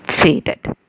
faded